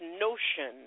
notion